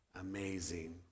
amazing